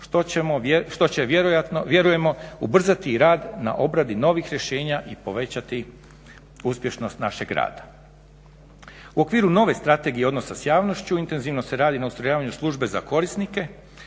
što će vjerujemo ubrzati i rad na obradi novih rješenja i povećati uspješnost našeg rada. U okviru nove strategije odnosa s javnošću, intenzivno se radi na ustrojavanju službe za korisnike